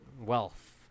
Wealth